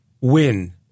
Win